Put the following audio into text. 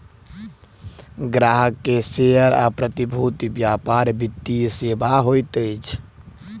ग्राहक के शेयर आ प्रतिभूति व्यापार वित्तीय सेवा होइत अछि